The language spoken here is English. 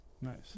Nice